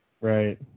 Right